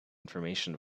information